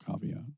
caveat